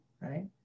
Right